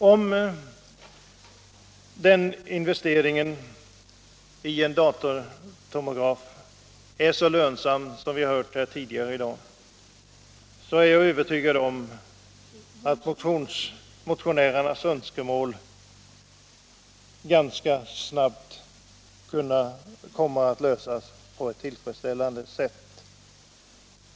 Om investeringen i en datortomograf är så lönsam som vi har hört här tidigare i dag, är jag övertygad om att motionärernas önskemål ganska snabbt skall kunna lösas på ett tillfredsställande sätt.